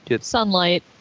sunlight